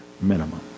minimum